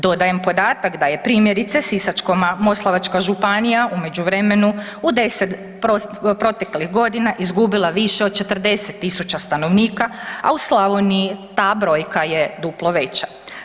Dodajem podatak da je primjerice Sisačko-moslavačka županija u međuvremenu u 10 proteklih godina izgubila više od 40 000 stanovnika a u Slavoniji ta brojka je duplo veća.